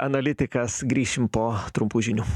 analitikas grįšim po trumpų žinių